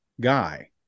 guy